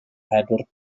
pedwar